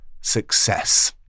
success